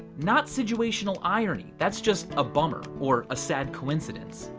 not situational irony, that's just a bummer or a sad coincidence.